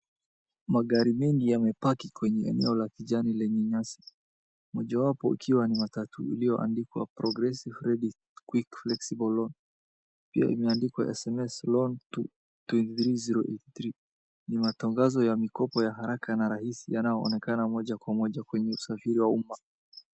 Magari mengi yamepaki kwenye eneo la kijani lenye nasi, moja wapo ikiwa ni matatu iliyoandikwa Progressive Ready Quick Flexible Loan . Pia inaandikwa SMS loan to 23083 . Ni matangazo ya mikopo ya haraka na rahisi yanayoonekana moja kwa moja kwenye usafiri wa umma.